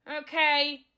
Okay